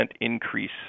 increase